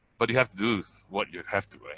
but you have to do what you have to.